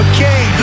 Okay